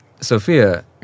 Sophia